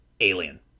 Alien